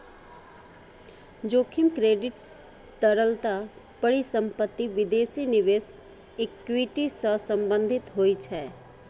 जोखिम क्रेडिट, तरलता, परिसंपत्ति, विदेशी निवेश, इक्विटी सं संबंधित होइ छै